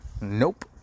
Nope